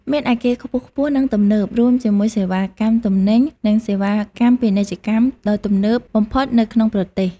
មានអាគារខ្ពស់ៗ និងទំនើប រួមជាមួយសេវាកម្មទំនិញ និងសេវាកម្មពាណិជ្ជកម្មដ៏ទំនើបបំផុតនៅក្នុងប្រទេស។